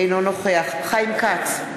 אינו נוכח חיים כץ,